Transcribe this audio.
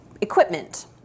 equipment